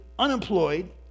Unemployed